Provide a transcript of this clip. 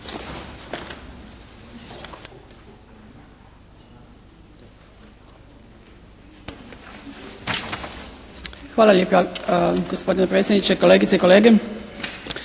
Hvala lijepa gospodine predsjedniče, kolegice i kolege.